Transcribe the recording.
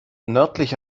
nördlich